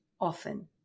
often